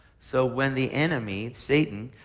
so when the enemy, satan,